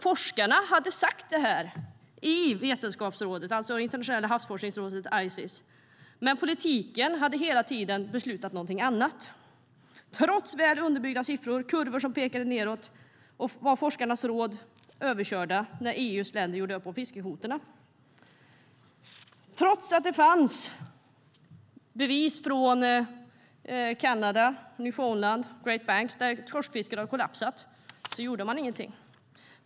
Forskarna i Vetenskapsrådet, alltså Internationella havsforskningsrådet Ices, hade sagt det, men politiken hade hela tiden beslutat någonting annat. Trots väl underbyggda siffror, kurvor som pekade nedåt, blev forskarna överkörda när EU:s länder gjorde upp om fiskekvoterna. Det fanns bevis från Kanada och Great Banks i New Foundland på att torskfisken hade kollapsat, men det gjordes ingenting.